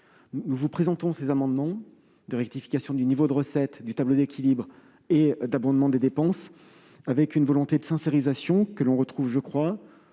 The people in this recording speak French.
Nous vous présenterons ces amendements de rectification du niveau des recettes, du tableau d'équilibre et de l'abondement des dépenses avec une volonté de sincérisation et de transparence